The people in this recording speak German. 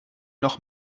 noch